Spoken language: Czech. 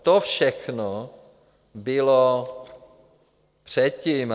To všechno bylo předtím.